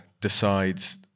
decides